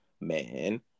man